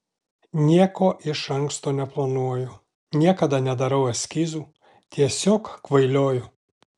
nieko iš anksto neplanuoju niekada nedarau eskizų tiesiog kvailioju